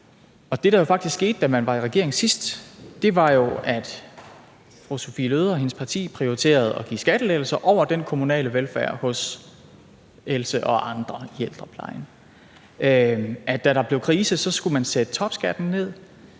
Det, der faktisk skete, da man var i regering sidst, var jo, at fru Sophie Løhde og hendes parti prioriterede at give skattelettelser over den kommunale velfærd hos Else og andre i ældreplejen, og at da der blev krise, skulle man sætte topskatten ned,